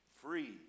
Free